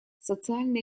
социально